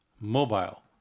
mobile